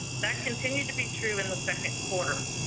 that continue to be true in the second quarter.